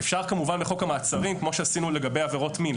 אפשר כמובן בחוק המעצרים כמו שעשינו לגבי עבירות מין,